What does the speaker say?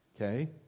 okay